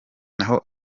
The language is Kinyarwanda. naho